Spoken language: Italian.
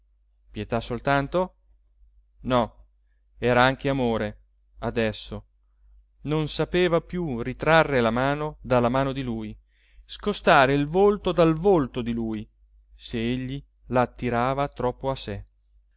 ispirava pietà soltanto no era anche amore adesso non sapeva più ritrarre la mano dalla mano di lui scostare il volto dal volto di lui se egli la attirava troppo a sé